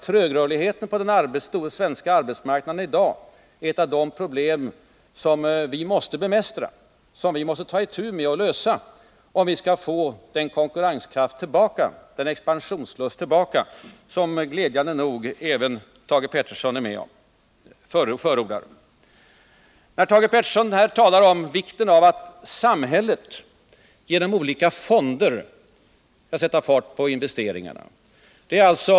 Trögrörligheten på den svenska arbetsmarknaden är i dag ett av de problem som vi måste bemästra och ta itu med att lösa, om vi skall få tillbaka den konkurrenskraft och expansionslust som glädjande nog även Thage Peterson förordar. Thage Peterson talade om vikten av att samhället genom olika fonder sätter fart på investeringarna.